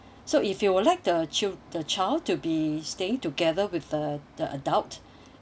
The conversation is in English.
so if you would like the child the child to be staying together with the the adult